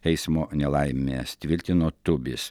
eismo nelaimės tvirtino tubis